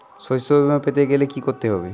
শষ্যবীমা পেতে গেলে কি করতে হবে?